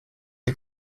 die